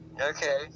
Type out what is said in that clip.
Okay